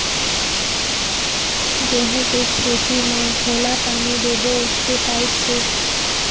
गेहूं के खेती म घोला पानी देबो के पाइप से?